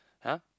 !huh!